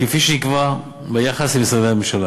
כפי שנקבע ביחס למשרדי הממשלה,